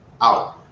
out